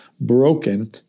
broken